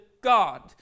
God